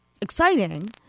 exciting